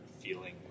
feeling